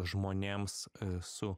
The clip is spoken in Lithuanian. žmonėms su